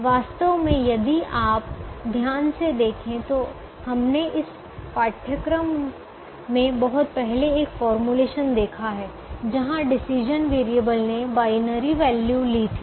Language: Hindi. वास्तव में यदि आप ध्यान से देखें तो हमने इस पाठ्यक्रम में बहुत पहले एक फॉर्मूलेशन देखा है जहां डिसीजन वेरिएबल ने बायनरी वैल्यू ली थी